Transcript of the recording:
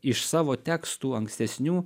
iš savo tekstų ankstesnių